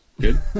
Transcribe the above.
Good